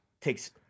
takes